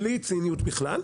בלי ציניות בכלל,